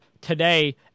today